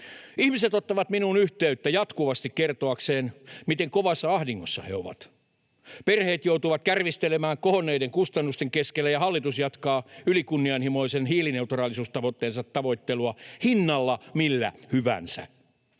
Ihmiset ottavat minuun yhteyttä jatkuvasti kertoakseen, miten kovassa ahdingossa he ovat. Perheet joutuvat kärvistelemään kohonneiden kustannusten keskellä, ja hallitus jatkaa ylikunnianhimoisen hiilineutraalisuustavoitteensa tavoittelua hinnalla millä hyvänsä.